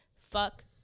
fuck